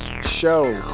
show